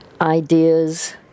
ideas